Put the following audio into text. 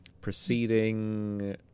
Proceeding